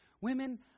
women